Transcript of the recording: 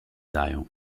dają